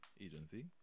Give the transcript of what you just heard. agency